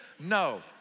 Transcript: No